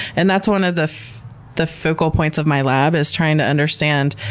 and that's one of the the focal points of my lab is trying to understand,